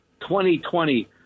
2020